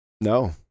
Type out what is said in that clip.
no